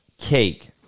cake